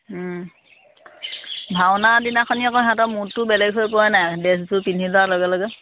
ভাওনা দিনাখনি আকৌ সিহঁতৰ মোদটো বেলেগ হয় পৰে নাই ড্ৰেছবোৰ পিন্ধি লোৱাৰ লগে লগে